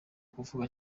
kuvugwa